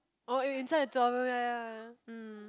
oh inside the room